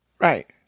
Right